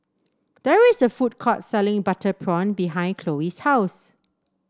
there is a food court selling Butter Prawn behind Chloe's house